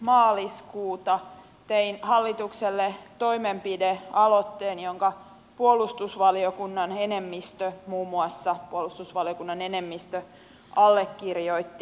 maaliskuuta tein hallitukselle toimenpidealoitteen jonka puolustusvaliokunnan enemmistö muun muassa puolustusvaliokunnan enemmistö allekirjoitti